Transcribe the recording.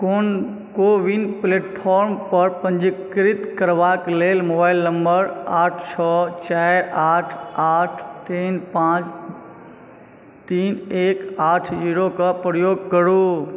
कोविन प्लेटफार्मपर पञ्जीकृत करबाके लेल मोबाइल नम्बर आठ छओ चारि आठ आठ तीन पाँच तीन एक आठ जीरोके प्रयोग करू